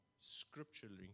scripturally